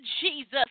jesus